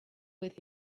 with